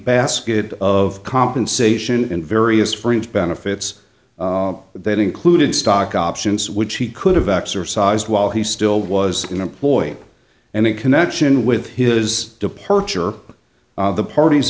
basket of compensation and various fringe benefits that included stock options which he could have exercised while he still was in a boy and in connection with his departure the parties